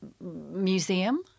Museum